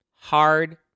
hard